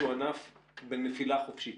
שהוא ענף בנפילה חופשית.